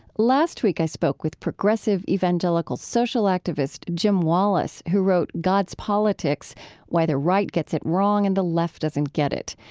last week, i spoke with progressive evangelical social activist jim wallis who wrote god's politics why the right gets it wrong and the left doesn't get it.